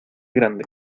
grande